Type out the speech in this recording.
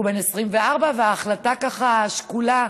הוא בן 24, וההחלטה היא, ככה, שקולה.